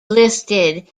listed